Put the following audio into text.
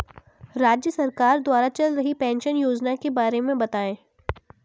राज्य सरकार द्वारा चल रही पेंशन योजना के बारे में बताएँ?